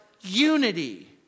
unity